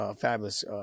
fabulous